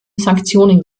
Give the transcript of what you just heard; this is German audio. sanktionen